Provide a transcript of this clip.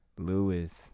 Lewis